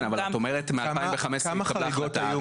כן אבל את אומרת מ- 2015 התקבלה החלטה,